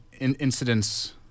incidents